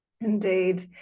Indeed